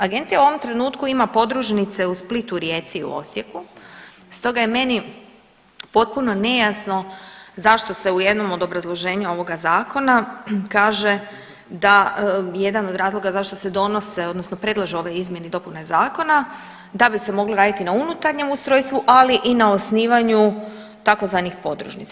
Agencija u ovom trenutku ima podružnice u Splitu, Rijeci i Osijeku, stoga je meni potpuno nejasno zašto se u jednom od obrazloženja ovoga zakona kaže da, jedan od razloga zašto se donose odnosno predlažu ove izmjene i dopune zakona, da bi se moglo raditi na unutarnjem ustrojstvu, ali i na osnivanju tzv. podružnica.